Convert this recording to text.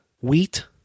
wheat